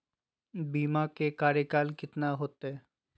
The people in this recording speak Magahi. बीमा के कार्यकाल कितना होते?